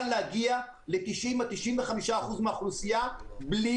אפשר להגיע ל-95%-90% מהאוכלוסייה בלי